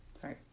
sorry